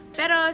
pero